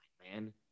man